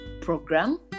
program